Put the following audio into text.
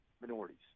minorities